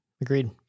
Agreed